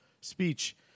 speech